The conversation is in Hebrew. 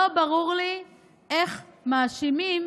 לא ברור לי איך מאשימים